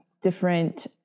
different